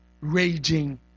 Raging